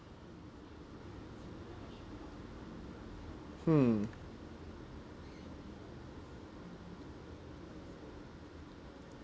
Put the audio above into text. hmm